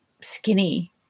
skinny